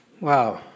wow